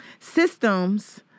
Systems